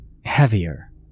heavier